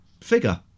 figure